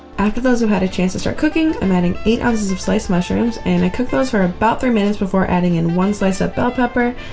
after those have had a chance to start cooking, i'm adding eight ounces of sliced mushrooms, and i cook those for about three minutes before adding in one sliced up bell pepper,